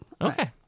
Okay